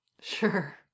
Sure